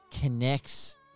connects